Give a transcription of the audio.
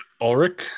Ulrich